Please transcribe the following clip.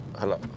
hello